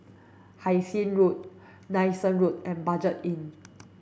Hai Sing Road Nanson Road and Budget Inn